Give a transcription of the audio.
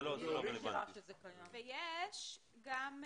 יש בשירות